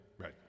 Right